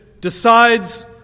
decides